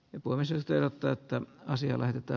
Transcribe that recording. jopa vesistö täyttä asiaa lähdetä